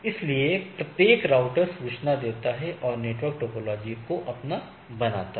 इसलिए प्रत्येक राउटर सूचना देता है और नेटवर्क टोपोलॉजी को अपना बनाता है